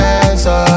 answer